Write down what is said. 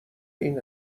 این